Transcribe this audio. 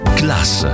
class